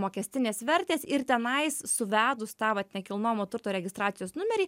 mokestinės vertės ir tenais suvedus tą va nekilnojamo turto registracijos numerį